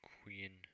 Queen